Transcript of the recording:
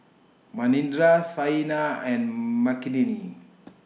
Manindra Saina and Makineni